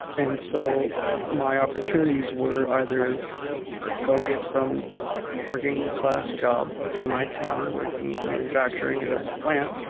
and so my opportunities were either go get some working-class job in my town, working manufacturing at a plant,